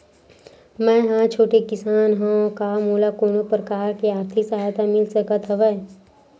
मै ह छोटे किसान हंव का मोला कोनो प्रकार के आर्थिक सहायता मिल सकत हवय?